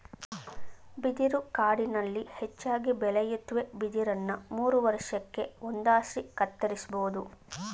ಬಿದಿರು ಕಾಡಿನಲ್ಲಿ ಹೆಚ್ಚಾಗಿ ಬೆಳೆಯುತ್ವೆ ಬಿದಿರನ್ನ ಮೂರುವರ್ಷಕ್ಕೆ ಒಂದ್ಸಾರಿ ಕತ್ತರಿಸ್ಬೋದು